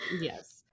Yes